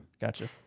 gotcha